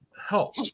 help